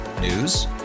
News